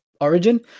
Origin